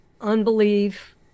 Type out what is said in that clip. unbelief